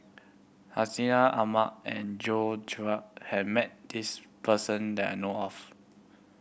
Hartinah Ahmad and George has met this person that I know of